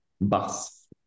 bus